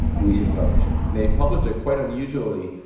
we should publish it they published it, quite unusually,